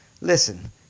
listen